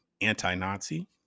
anti-Nazi